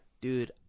dude